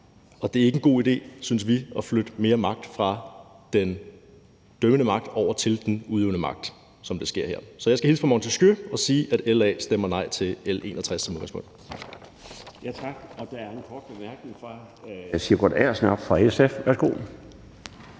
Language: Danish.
vi – ikke en god idé at flytte mere magt fra den dømmende magt over til den udøvende magt, som det sker her. Så jeg skal hilse fra Montesquieu og sige, at LA som udgangspunkt